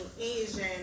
Asian